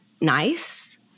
nice